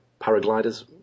paragliders